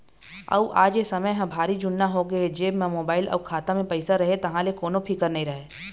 अउ आज ए समे ह भारी जुन्ना होगे हे जेब म मोबाईल अउ खाता म पइसा रहें तहाँ ले कोनो फिकर नइ रहय